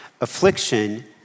Affliction